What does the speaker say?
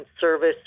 service